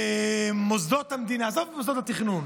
במוסדות המדינה, עזוב את מוסדות התכנון,